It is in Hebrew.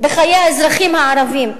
בחיי האזרחים הערבים.